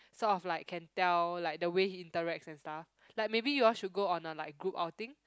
sort of like can tell like the way he interacts and stuff like maybe you all should go on a like group outing